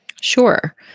Sure